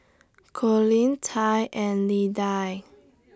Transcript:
Colin Tai and Lidia